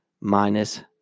Minus